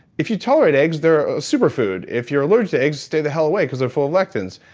if you tolerate eggs, they're a superfood. if you're allergic to eggs, stay the hell away, because they're full of lectins.